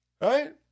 Right